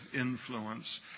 influence